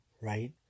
right